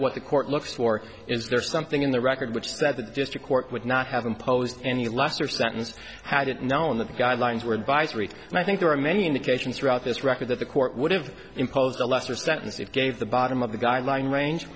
what the court looks for is there something in the record which is that the district court would not have imposed any lesser sentence had it known that the guidelines were advised and i think there are many indications throughout this record that the court would have imposed a lesser sentence if gave the bottom of the guideline range